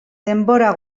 denbora